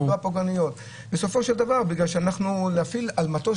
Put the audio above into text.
להכניס אנשים שהיו על המטוס